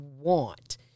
want